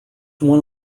one